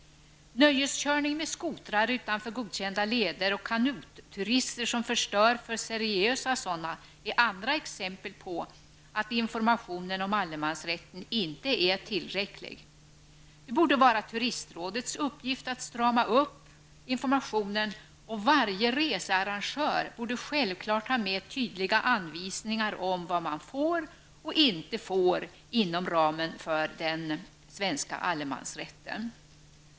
Nöjeskörning med skotrar utanför godkända leder och kanotturister som förstör för seriösa sådana är andra exempel på att informationen om allemansrätten inte är tillräcklig. Det borde vara turistrådets uppgift att strama upp informationen. Varje researrangör borde självfallet ha med tydliga anvisningar om vad man får och inte får göra inom ramen för den svenska allemansrätten.